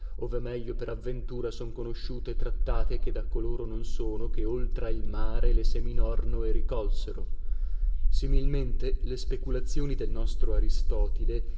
ove meglio per avventura son conosciute e trattate che da coloro non sono che oltra il mare le seminorno e ricolsero similmente le speculazioni del nostro aristotile